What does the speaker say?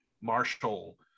marshall